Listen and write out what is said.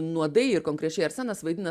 nuodai ir konkrečiai arsenas vaidina